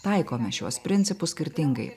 taikome šiuos principus skirtingai